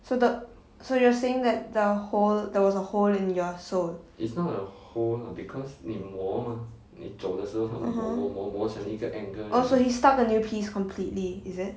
so the so you are saying that the hole there was a hole in your sole (uh huh) oh so he style the new piece completely is it